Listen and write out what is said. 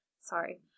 sorry